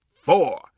four